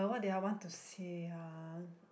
what did I want to say ah